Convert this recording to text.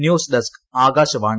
news desk Akashvani